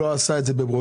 לא עשה את זה בברוטליות,